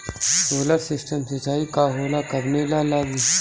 Solar system सिचाई का होला कवने ला लागी?